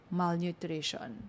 malnutrition